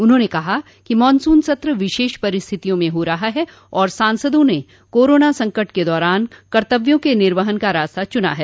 उन्होंने कहा कि मॉनसून सत्र विशेष परिस्थितिया में हो रहा है और सांसदों ने कोरोना संकट के दौरान कर्तव्यों के निर्वहन का रास्ता चुना है